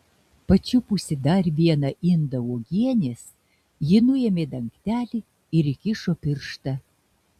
pačiupusi dar vieną indą uogienės ji nuėmė dangtelį ir įkišo pirštą